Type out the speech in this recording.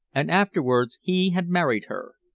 and afterwards he had married her.